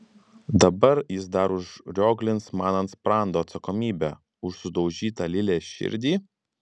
dabar jis dar užrioglins man ant sprando atsakomybę už sudaužytą lilės širdį